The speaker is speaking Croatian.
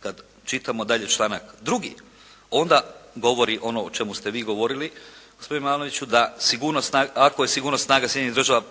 Kada čitamo dalje članak 2. onda govori ono o čemu ste vi govorili ….da sigurnost, ako je sigurnost snaga Sjedinjenih Država,